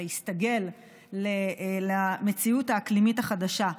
להסתגל למציאות האקלימית החדשה.